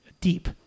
deep